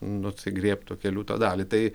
nusigriebt tokią liūto dalį tai